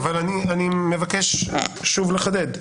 אני מבקש לחדד,